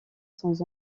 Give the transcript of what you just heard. sans